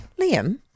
Liam